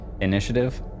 Initiative